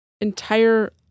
entire